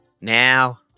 Now